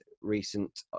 recent